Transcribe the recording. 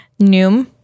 Noom